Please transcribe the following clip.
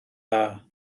dda